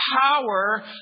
power